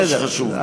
זה מה שחשוב לי.